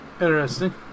Interesting